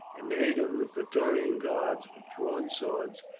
and eight of the praetorian guards, with drawn swords,